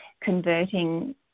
converting